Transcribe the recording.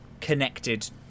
connected